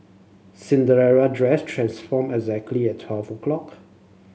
Cinderella dress transformed exactly at twelve o' clock